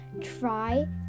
Try